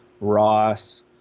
Ross